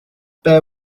bear